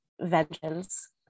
vengeance